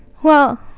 well,